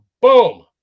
boom